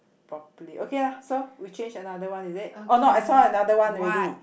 properly okay ah so we change another one is it oh no I saw another one already